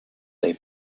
they